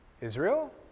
Israel